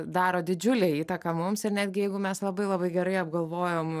daro didžiulę įtaką mums ir netgi jeigu mes labai labai gerai apgalvojom